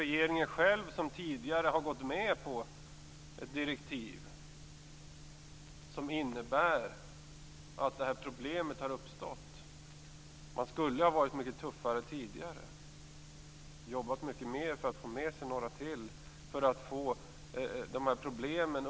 Regeringen har dock själv tidigare gått med på direktiv som innebär att det här problemet har uppstått. Man skulle ha varit mycket tuffare tidigare och jobbat mycket mer för att få med sig några ytterligare när det gäller att undanröja de här problemen.